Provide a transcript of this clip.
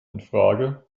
infrage